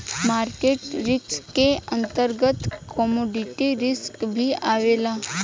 market risk के अंतर्गत commodity risk भी आवेला